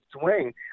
swing